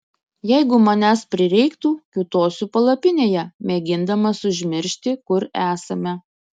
jeigu manęs prireiktų kiūtosiu palapinėje mėgindamas užmiršti kur esame